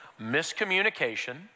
miscommunication